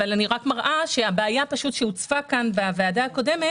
אבל אני רק מראה שהבעיה שהוצפה כאן בישיבה הקודמת,